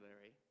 Larry